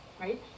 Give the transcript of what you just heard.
right